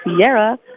Sierra